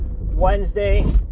wednesday